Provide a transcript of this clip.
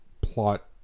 plot